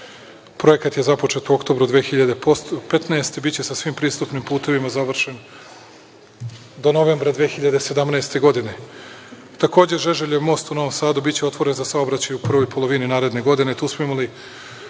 Projekat je započeo u oktobru 2015. godine. Biće sa svim pristupnim putevima završen do novembra 2017. godine. Takođe, Žeželjev most u Novom Sadu biće otvoren za saobraćaj u prvoj polovini naredne godine.